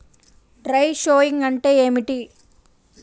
Dry sowing అంటే ఏమిటి?